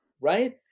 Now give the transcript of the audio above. Right